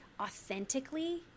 authentically